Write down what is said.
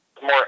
more